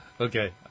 Okay